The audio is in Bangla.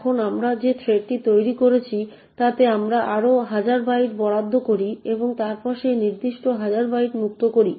এখন আমরা যে থ্রেডটি তৈরি করেছি তাতে আমরা আরও হাজার বাইট বরাদ্দ করি এবং তারপর সেই নির্দিষ্ট হাজার বাইট মুক্ত করি